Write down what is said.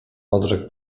odrzekł